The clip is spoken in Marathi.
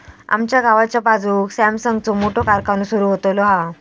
आमच्या गावाच्या बाजूक सॅमसंगचो मोठो कारखानो सुरु होतलो हा